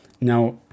Now